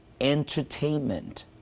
entertainment